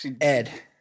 Ed